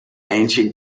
ancient